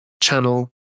channel